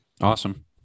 Awesome